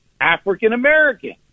African-American